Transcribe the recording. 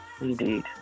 Indeed